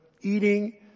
eating